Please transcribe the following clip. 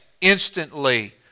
instantly